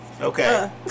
Okay